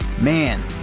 man